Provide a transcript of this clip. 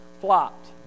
flopped